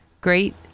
Great